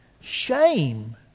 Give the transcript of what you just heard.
Shame